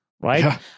right